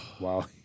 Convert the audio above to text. wow